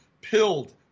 Pilled